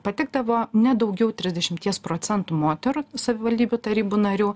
patekdavo ne daugiau trisdešimties procentų moterų savivaldybių tarybų narių